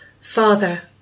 father